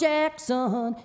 Jackson